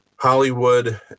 Hollywood